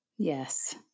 Yes